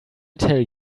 tell